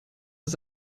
ist